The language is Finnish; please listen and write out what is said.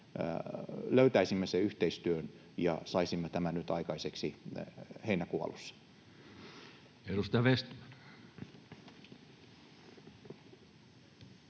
löytäisimme yhteistyön ja saisimme tämän nyt aikaiseksi heinäkuun alussa.